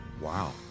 Wow